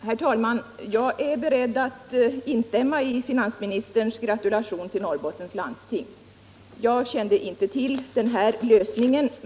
Herr talman! Jag är beredd att instämma i finansministerns gratulation till Norrbottens läns landsting. Jag kände inte till denna lösning.